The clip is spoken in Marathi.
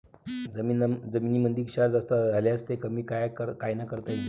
जमीनीमंदी क्षार जास्त झाल्यास ते कमी कायनं करता येईन?